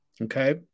Okay